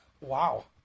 Wow